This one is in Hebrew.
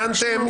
הבנתם,